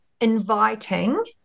inviting